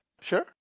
sure